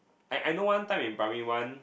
I I know one time in primary one